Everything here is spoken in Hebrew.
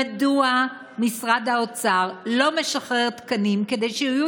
מדוע משרד האוצר לא משחרר תקנים כדי שיהיו